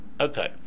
Okay